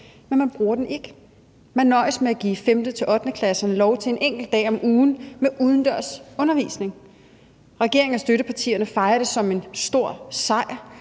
men man bruger den ikke. Man nøjes med at give 5.-8. klasserne lov til en enkelt dag om ugen at få udendørs undervisning. Regeringen og støttepartierne fejrer det som en stor sejr,